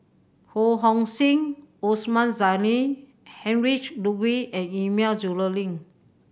Ho Hong Sing Osman Zailani Heinrich Ludwig Emil Luering